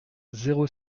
zéro